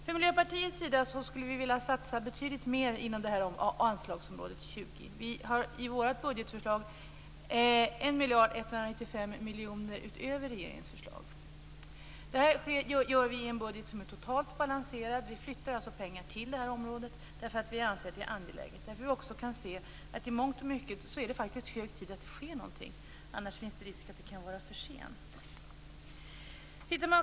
Från Miljöpartiets sida skulle vi vilja satsa betydligt mer inom anslagsområdet 20. Vi har i vårt budgetförslag 1 195 000 000 kr utöver regeringens förslag. Det gör vi i en budget som är totalt balanserad. Vi flyttar alltså pengar till det här området därför att vi anser att det är angeläget. Vi kan också se att det i mångt mycket är hög tid att det sker någonting. Annars finns det risk att det blir för sent.